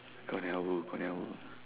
all never go all never go